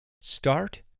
start